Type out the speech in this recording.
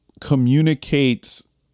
Communicates